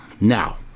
now